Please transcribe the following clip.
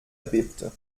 bebte